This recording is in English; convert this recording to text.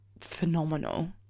phenomenal